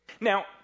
Now